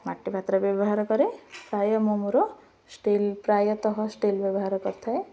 ମାଟି ପାତ୍ର ବ୍ୟବହାର କରେ ପ୍ରାୟ ମୁଁ ମୋର ଷ୍ଟିଲ୍ ପ୍ରାୟତଃ ଷ୍ଟିଲ୍ ବ୍ୟବହାର କରିଥାଏ